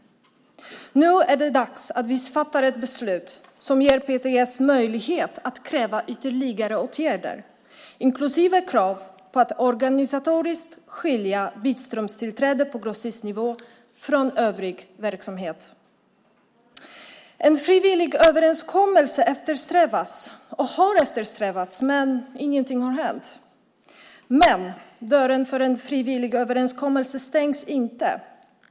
Nu är det dags att vi fattar ett beslut som ger PTS möjlighet att kräva ytterligare åtgärder, inklusive krav på att organisatoriskt skilja bitströmstillträde på grossistnivå från övrig verksamhet. En frivillig överenskommelse eftersträvas och har eftersträvats, men ingenting har hänt. Men dörren för en frivillig överenskommelse stängs inte.